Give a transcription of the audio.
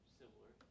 similar